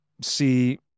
see